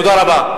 תודה רבה.